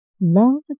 Love